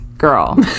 girl